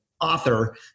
author